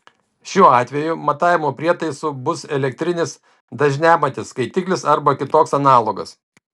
šiuo atveju matavimo prietaisu bus elektrinis dažniamatis skaitiklis arba kitoks analogas